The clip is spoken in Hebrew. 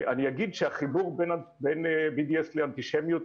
אני אגיד שהחיבור בין BDS לאנטישמיות,